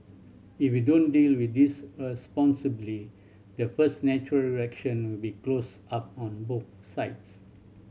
if we don't deal with this responsibly the first natural reaction will be close up on both sides